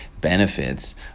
benefits